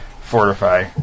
fortify